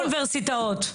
כל האוניברסיטאות.